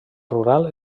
rural